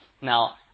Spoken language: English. Now